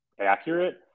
accurate